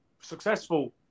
successful